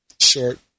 short